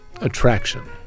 attraction